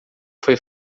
foi